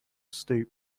stoop